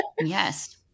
Yes